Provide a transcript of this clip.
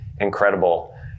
incredible